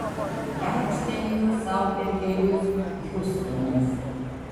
pliaukštelėjo sau per kelius hiustonas